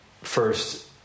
first